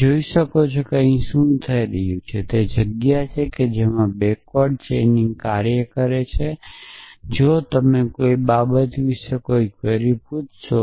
તમે જોઈ શકો છો કે અહીં શું થઈ રહ્યું છે તે તે જગ્યા છે જેમાં બેક્વર્ડ ચેઇન કાર્ય કરે છે જો તમે કોઈ બાબત વિશે કોઈ ક્વેરી પૂછશો